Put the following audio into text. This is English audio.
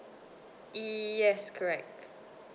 yes correct